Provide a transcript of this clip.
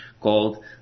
called